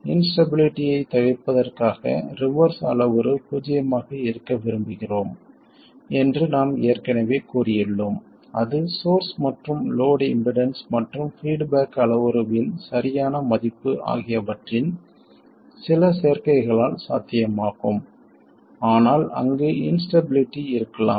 இன்ஸ்டபிளிட்டியைத் தவிர்ப்பதற்காக ரிவர்ஸ் அளவுரு பூஜ்ஜியமாக இருக்க விரும்புகிறோம் என்று நாம் ஏற்கனவே கூறியுள்ளோம் அது சோர்ஸ் மற்றும் லோட் இம்பிடன்ஸ் மற்றும் பீட்பேக் அளவுருவின் சரியான மதிப்பு ஆகியவற்றின் சில சேர்க்கைகளால் சாத்தியமாகும் ஆனால் அங்கு இன்ஸ்டபிளிட்டி இருக்கலாம்